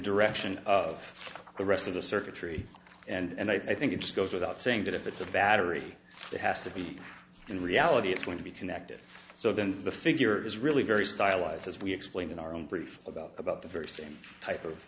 direction of the rest of the circuitry and i think it just goes without saying that if it's a battery that has to be in reality it's going to be connected so then the figure is really very stylised as we explain in our own brief about about the very same type of